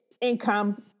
income